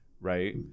right